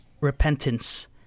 repentance